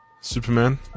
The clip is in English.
Superman